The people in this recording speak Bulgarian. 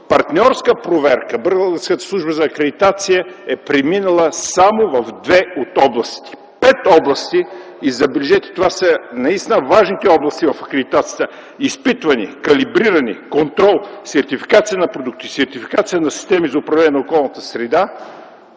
партньорска проверка на Българската служба за акредитация е преминала само в две от областите. В пет области и забележете – това са наистина важните области в акредитацията (изпитване, калибриране, контрол, сертификация на продукти, сертификация на системи за управление на околната среда)